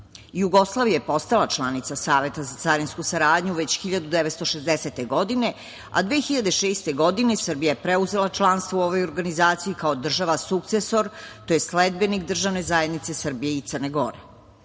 Jugoslavija je postala članica Saveta za carinsku saradnju već 1960. godine, a 2006. godine Srbija je preuzela članstvo u ovoj organizaciji kao država sukcesor, tj. sledbenik državne zajednice SCG.Srbija je